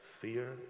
Fear